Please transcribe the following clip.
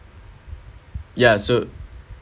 ya so